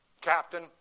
captain